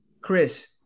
Chris